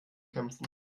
kämpfen